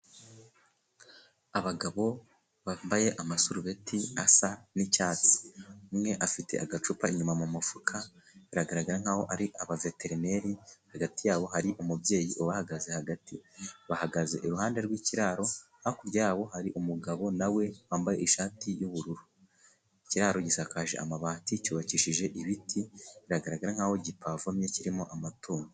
Abagabo bambaye amasarubeti asa n'icyatsi , umwe afite agacupa inyuma mu mufuka, biragaragara nk'aho ari abaveterineri . Hagati yabo hari umubyeyi uhagaze, hagati bahagaze iruhande rw'ikiraro, hakurya yabo hari umugabo nawe wambaye ishati y'ubururu , ikiraro gisakaje amabati cy'ubakishije ibiti, biragaragara nk'aho gipavomye kirimo amatungo.